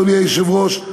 אדוני היושב-ראש,